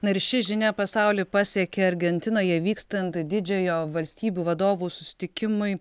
na ir ši žinia pasaulį pasiekė argentinoje vykstant didžiojo valstybių vadovų susitikimui